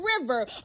river